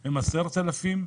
הוא של 10,000 דירות.